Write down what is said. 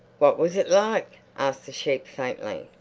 what was it like? asked the sheep faintly.